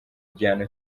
igihano